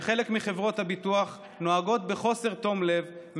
שחלק מחברות הביטוח נוהגות בחוסר תום לב,